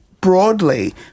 broadly